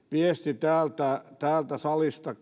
viesti täältä täältä salista